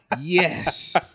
Yes